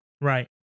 Right